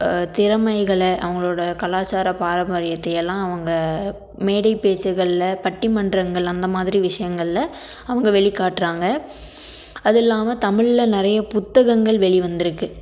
திறமைகளை அவர்களோட கலாச்சார பாரம்பரியத்தையெல்லாம் அவங்க மேடை பேச்சுகளில் பட்டிமன்றங்கள் அந்தமாதிரி விஷயங்கள்ல அவங்க வெளிக்காட்டுறாங்க அது இல்லாமல் தமிழ்ல நிறைய புத்தகங்கள் வெளி வந்திருக்கு